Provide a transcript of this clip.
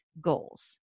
goals